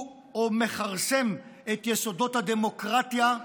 הוא מכרסם את יסודות הדמוקרטיה,